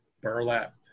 burlap